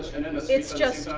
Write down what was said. it's just,